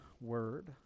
word